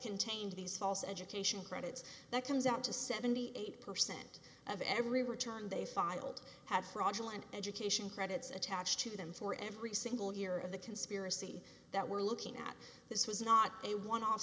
contained these false education credits that comes out to seventy eight percent of every returned they filed had fraudulent education credits attached to them for every single year of the conspiracy that we're looking at this was not